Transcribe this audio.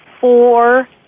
four